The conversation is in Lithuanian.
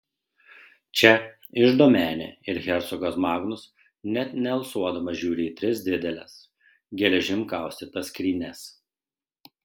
čia iždo menė ir hercogas magnus net nealsuodamas žiūri į tris dideles geležim kaustytas skrynias